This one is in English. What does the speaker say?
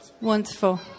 Wonderful